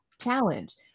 challenge